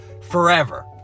forever